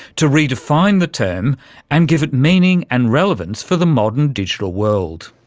to redefine the term and give it meaning and relevance for the modern digital world.